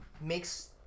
makes